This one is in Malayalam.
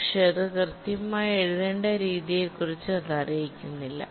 പക്ഷെ അത് കൃത്യമായി എഴുതേണ്ട രീതിയെക്കുറിച്ച് അത് അറിയിക്കുന്നില്ല